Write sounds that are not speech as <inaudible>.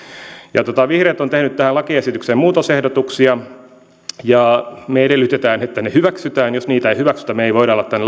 vihreät on tehnyt tähän lakiesitykseen muutosehdotuksia me edellytämme että ne hyväksytään jos niitä ei hyväksytä me emme voi olla tämän <unintelligible>